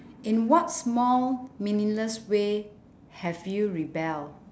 in what small meaningless way have you rebel